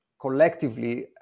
collectively